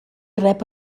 rep